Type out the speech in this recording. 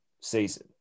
season